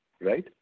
right